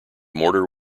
mortar